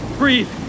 breathe